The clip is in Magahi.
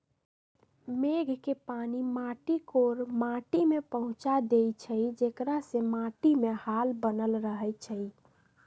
मेघ के पानी माटी कोर माटि में पहुँचा देइछइ जेकरा से माटीमे हाल बनल रहै छइ